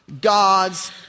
God's